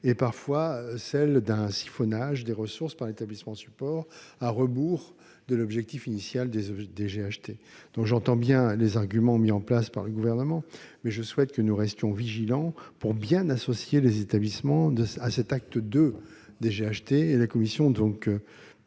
parfois un siphonnage de leurs ressources par l'établissement support, à rebours de l'objectif initial des GHT. J'entends bien les arguments avancés par le Gouvernement, mais je souhaite que nous restions attentifs à bien associer les établissements à cet acte II des GHT.